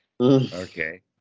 Okay